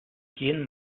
gehen